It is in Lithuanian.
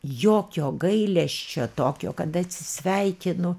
jokio gailesčio tokio kad atsisveikinu